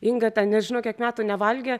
inga ten nežinau kiek metų nevalgė